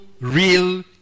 real